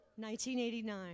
1989